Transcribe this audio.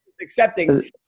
accepting